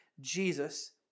Jesus